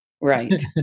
Right